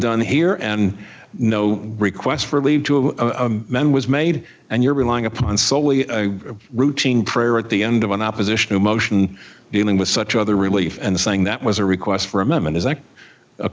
done here and no request for leave to a man was made and you're relying upon solely a routine prayer at the end of an oppositional motion dealing with such other relief and saying that was a request for amendment